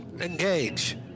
Engage